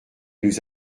nous